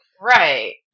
Right